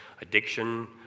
addiction